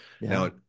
Now